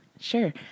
Sure